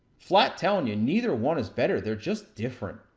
flat telling you neither one is better, they're just different.